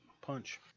punch